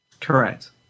Correct